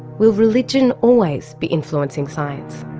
will religion always be influencing science?